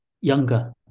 younger